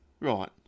Right